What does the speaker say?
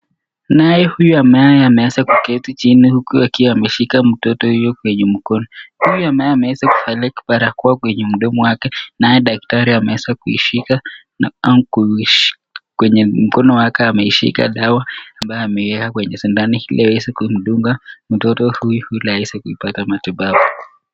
Naye huyu ambaye ameweza kuketi chini huku akiwa ameshika mtoto huyo kwenye mkono. Huyu ambaye ameweza kuvalia barakoa kwenye mdomo wake, naye daktari ameweza kuishika na kwenye mkono wake ameshika dawa, ambayo ameiweka kwenye sindano ili aweze kumdunga mtoto huyu ili aweze kuipata matibabu.